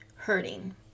hurting